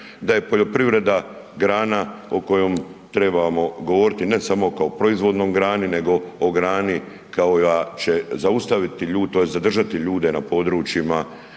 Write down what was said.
da je poljoprivreda grana o kojom trebamo govoriti, ne samo kao proizvodnom grani, nego o grani koja će zaustaviti ljude, zadržati